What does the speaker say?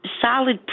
solid